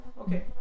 Okay